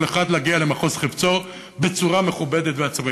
אחד להגיע למחוז חפצו בצורה מכובדת ועצמאית.